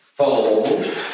Fold